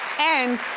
and